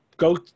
Go